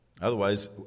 Otherwise